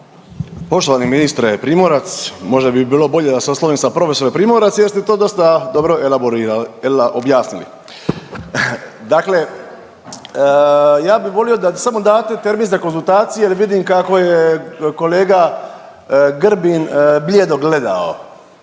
Poštovani ministre Primorac, možda bi bilo bolje da vas oslovim sa profesore Primorac jer ste to dosta dobro elaborirali, objasnili. Dakle, ja bi volio da samo date termin za konzultacije jer vidim kako je kolega Grbin blijedo gledao,